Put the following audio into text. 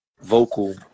vocal